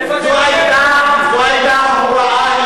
זו היתה ההוראה,